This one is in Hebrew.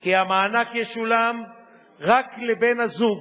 כי המענק ישולם רק לבן-הזוג,